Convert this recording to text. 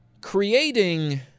creating